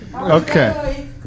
Okay